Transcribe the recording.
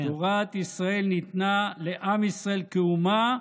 תורת ישראל ניתנה לעם ישראל כאומה,